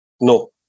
No